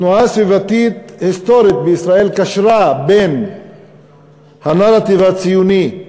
שהתנועה הסביבתית בישראל היסטורית קשרה בין הנרטיב הציוני,